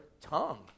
tongue